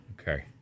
okay